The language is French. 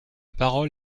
parole